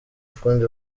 ukundi